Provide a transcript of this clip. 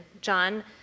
John